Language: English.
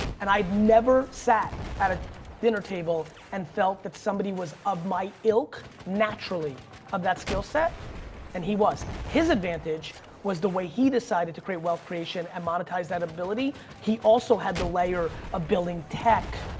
and i'd never sat at a dinner table and felt that somebody was of my ilk naturally of that skillset and he was. his advantage was the way he decided to create wealth creation and monetize that ability. he also had the layer of building tech,